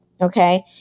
okay